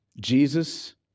Jesus